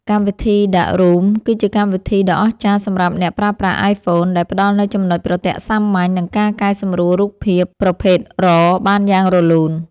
កម្មវិធី ដាករូម គឺជាកម្មវិធីដ៏អស្ចារ្យសម្រាប់អ្នកប្រើប្រាស់ អាយហ្វូន ដែលផ្តល់នូវចំណុចប្រទាក់សាមញ្ញ និងការកែសម្រួលរូបភាព ប្រភេទរ៉រ បានយ៉ាងរលូន។